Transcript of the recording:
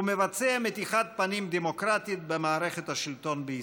הוא מבצע מתיחת פנים דמוקרטית במערכת השלטון בישראל.